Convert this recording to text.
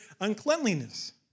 uncleanliness